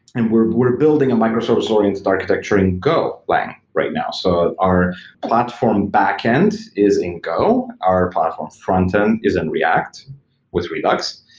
and we're we're building a microservice oriented architecture in go lang right now. so our platform backend is in go. our platform frontend is in react with redux.